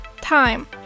time